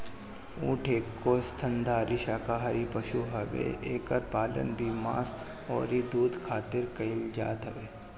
ऊँट एगो स्तनधारी शाकाहारी पशु हवे एकर पालन भी मांस अउरी दूध खारित कईल जात हवे